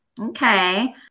Okay